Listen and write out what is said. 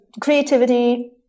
creativity